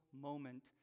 moment